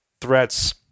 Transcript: threats